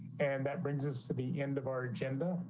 and that brings us to the end of our agenda,